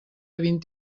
vint